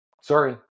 Sorry